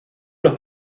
los